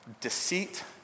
deceit